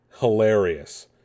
hilarious